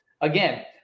again